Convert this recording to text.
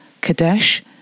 Kadesh